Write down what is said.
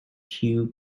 hugh